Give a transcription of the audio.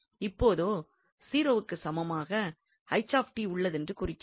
இப்போதோ 0 க்கு சமமாக உள்ளதென்று குறிக்கிறது